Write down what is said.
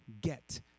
get